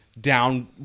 down